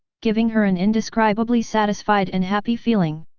giving her an indescribably satisfied and happy feeling.